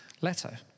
letter